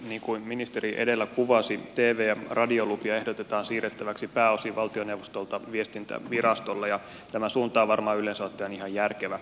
niin kuin ministeri edellä kuvasi tv ja radiolupia ehdotetaan siirrettäväksi pääosin valtioneuvostolta viestintävirastolle ja tämä suunta on varmaan yleensä ottaen ihan järkevä